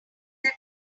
that